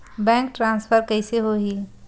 Bank transfer कइसे होही?